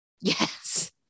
Yes